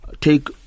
take